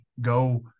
go